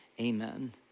amen